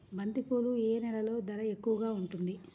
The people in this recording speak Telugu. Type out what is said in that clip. బంతిపూలు ఏ నెలలో ధర ఎక్కువగా ఉంటుంది?